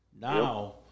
Now